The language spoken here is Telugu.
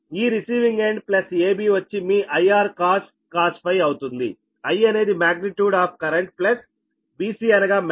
ఈ రిసీవింగ్ ఎండ్ AB వచ్చి మీ I Rcos ∅ అవుతుంది I అనేది magnitude of current plus BC అనగా మ్యాగ్నె ట్యూడ్ I Xsin ∅